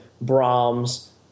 Brahms